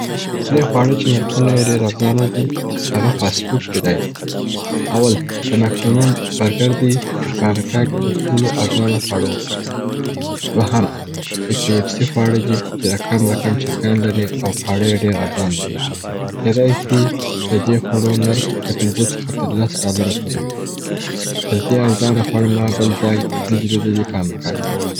درې خواړه چي نرخونه یې ډېر ارزانه دي هغه فاسټ فوډ کیدای سي. اول د مک ډونلډ برګر دی چې په امریکا کې تر ټولو ارزانه خواړه ور کوي. دوهم د کي اف سي خواړه دي چې رکم رکم چرګان لري او خواړه یې ډېر ازانه دي. کیدای سي د دې خوړو نرخ د پنځه څخه تر لس ډالره پوري وي. تر دې ارزانه خواړه ما بل ځای نه دي لیدلي په امریکا کي.